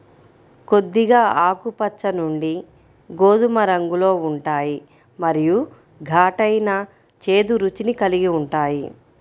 కొద్దిగా ఆకుపచ్చ నుండి గోధుమ రంగులో ఉంటాయి మరియు ఘాటైన, చేదు రుచిని కలిగి ఉంటాయి